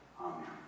Amen